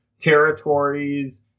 territories